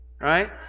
Right